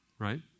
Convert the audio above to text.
Right